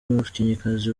umukinnyikazi